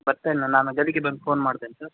ಬರ್ತೀನಿ ನಾನು ಬೆಳಗ್ಗೆ ಬಂದು ಫೋನ್ ಮಾಡ್ತೀನಿ ಸರ್